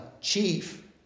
chief